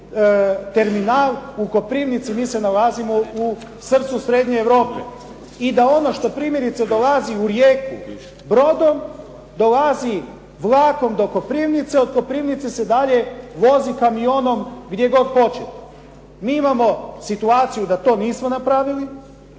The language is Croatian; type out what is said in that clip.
terminal u Koprivnici. Mi se nalazimo u srcu srednje Europe. I da ono što primjerice dolazi u Rijeku brodom, dolazi vlakom do Koprivnice, od Koprivnice se dalje vozi kamionom gdje god hoćemo. Mi imamo situaciju da to nismo napravili,